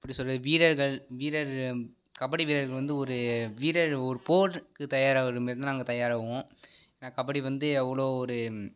எப்படி சொல்வது வீரர்கள் வீரர் கபடி வீரர்கள் வந்து ஒரு வீரர் ஒரு போருக்கு தயாராகிற மாரிதான் நாங்கள் தயாராகுவோம் ஏன்னால் கபடி வந்து எவ்வளோ ஒரு